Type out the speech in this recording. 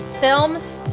films